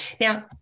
Now